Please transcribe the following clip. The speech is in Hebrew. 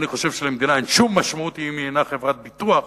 אני חושב שלמדינה אין שום משמעות אם היא אינה חברת ביטוח